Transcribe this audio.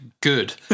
Good